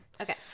okay